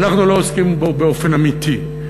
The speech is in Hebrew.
אנחנו לא עוסקים בו באופן אמיתי.